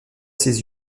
ses